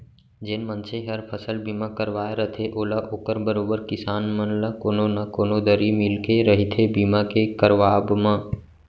जेन मनसे हर फसल बीमा करवाय रथे ओला ओकर बरोबर किसान मन ल कोनो न कोनो दरी मिलके रहिथे बीमा के करवाब म